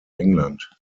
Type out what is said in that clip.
england